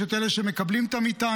יש את אלה שמקבלים את המטען.